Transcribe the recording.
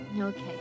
Okay